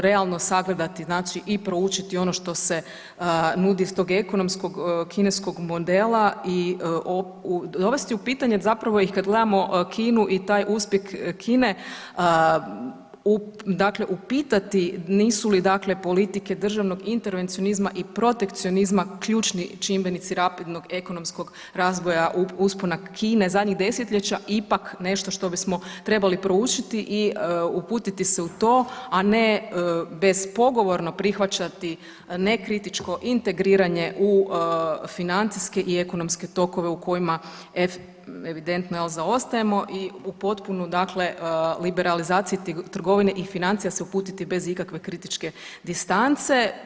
Realno sagledati znači i proučiti ono što se nudi s tog ekonomskog kineskog modela i dovesti u pitanje zapravo ih kad gledamo Kinu i taj uspjeh Kine, dakle upitati nisu li dakle politike državnog intervencionizma i protekcionizma ključni čimbenici rapidnog ekonomskog razvoja uspona Kine zadnjih desetljeća ipak nešto što bismo trebali proučiti i uputiti se u to, a ne bezpogovorno prihvaćati nekritičko integriranje u financijske i ekonomske tokove u kojima evidentno zaostajemo i u potpunu dakle liberalizaciju trgovine i financija se uputiti bez ikakve kritičke distance.